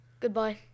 Goodbye